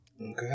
Okay